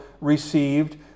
received